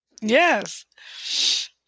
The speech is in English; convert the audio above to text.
Yes